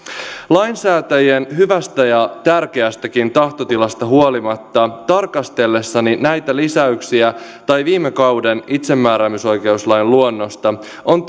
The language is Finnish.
lainsäätäjien hyvästä ja tärkeästäkin tahtotilasta huolimatta tarkastellessani näitä lisäyksiä tai viime kauden itsemääräämisoikeuslain luonnosta on